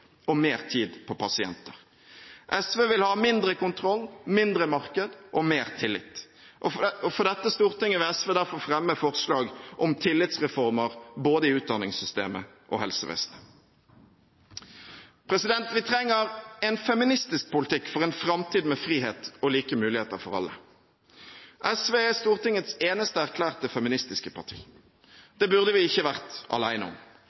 og mer tid på pasienter. SV vil ha mindre kontroll, mindre marked og mer tillit. For dette stortinget vil SV derfor fremme forslag om tillitsreformer både i utdanningssystemet og i helsevesenet. Vi trenger en feministisk politikk for en framtid med frihet og like muligheter for alle. SV er Stortingets eneste erklærte feministiske parti. Det burde vi ikke vært alene om.